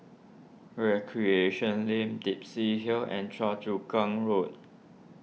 Recreation Lane Dempsey Hill and Choa Chu Kang Road